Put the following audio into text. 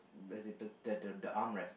does it the the the arm rest